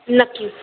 नक्की